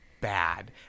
bad